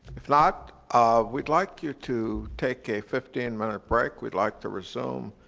if not, um we'd like you to take a fifteen minute break. we'd like to resume,